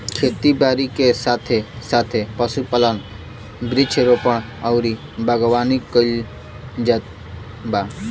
खेती बारी के साथे साथे पशुपालन, वृक्षारोपण अउरी बागवानी कईल जात बा